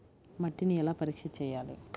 మట్టిని ఎలా పరీక్ష చేయాలి?